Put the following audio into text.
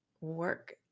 work